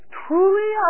truly